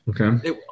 Okay